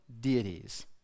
deities